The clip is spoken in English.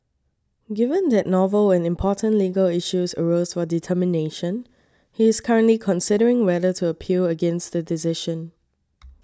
given that novel and important legal issues arose for determination he is currently considering whether to appeal against the decision